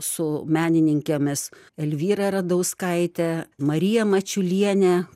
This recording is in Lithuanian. su menininkėmis elvyra radauskaite marija mačiuliene